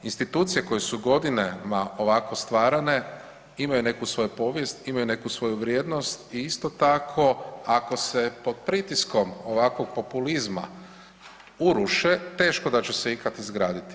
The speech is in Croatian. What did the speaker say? Institucije koje su godinama ovako stvarane imaju neku svoju povijest, imaju neku svoju vrijednost i isto tako, ako se pod pritiskom ovakvog populizma uruše teško da će se ikad izgraditi.